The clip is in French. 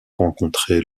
rencontré